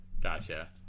Gotcha